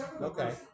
Okay